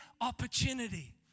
opportunity